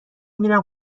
میرم